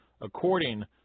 according